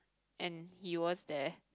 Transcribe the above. and he was there